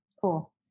Cool